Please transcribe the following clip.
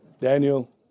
Daniel